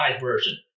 version